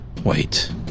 Wait